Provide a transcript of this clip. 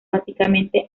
básicamente